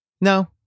No